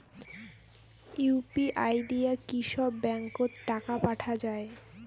UPI দিয়া কি সব ব্যাংক ওত টাকা পাঠা যায়?